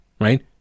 right